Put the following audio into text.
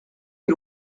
est